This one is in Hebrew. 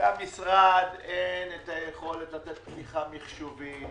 למשרד אין היכולת לתת את התמיכה המחשובית.